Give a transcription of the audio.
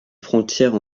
frontières